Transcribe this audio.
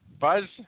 Buzz